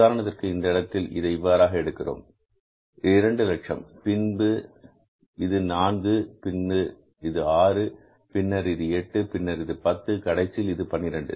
உதாரணத்திற்கு இந்த இடத்தில் இதை இவ்வாறாக எடுக்கிறோம் 200000 பின்னர் இது நான்கு பின்னர் இது ஆறு பின்னர் இது எட்டு பின்னர் இது 10 கடைசியில் இது 12